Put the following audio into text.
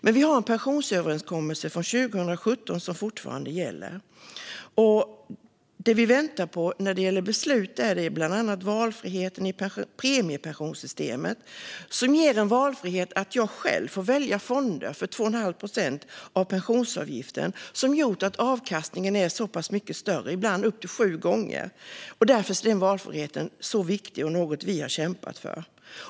Vi har dock en pensionsöverenskommelse från 2017 som fortfarande gäller. Det vi väntar på när det gäller beslut är bland annat valfriheten i premiepensionssystemet. Det handlar om den valfrihet jag har att själv välja fonder för 2,5 procent av pensionsavgiften, vilket har gjort att avkastningen är mycket högre - ibland upp till sju gånger. Den valfriheten är väldigt viktig och något vi har kämpat för.